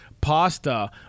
pasta